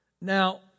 Now